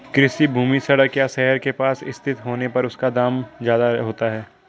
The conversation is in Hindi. कृषि भूमि सड़क या शहर के पास स्थित होने पर उसका दाम ज्यादा होता है